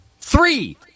three